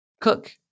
Cook